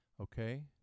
Okay